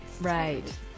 Right